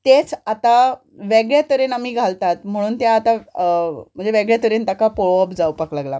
तेंच आतां वेगळें तरेन आमी घालतात म्हणून तें आतां म्हणजे वेगळे तरेन ताका पळोवप जावपाक लागला